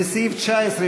לסעיף 19,